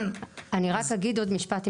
אני רק אגיד עוד משפט ברשותך.